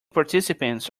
participants